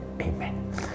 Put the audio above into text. Amen